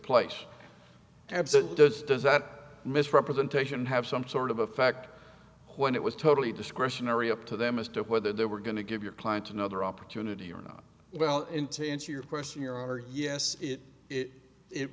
absent does does that misrepresentation have some sort of a fact when it was totally discretionary up to them as to whether they were going to give your client another opportunity or not well into answer your question your honor yes it it it